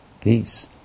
peace